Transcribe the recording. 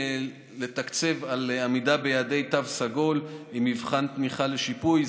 לתקצב על עמידה ביעדי תו סגול עם מבחן תמיכה לשיפוי,